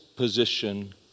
position